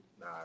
Nah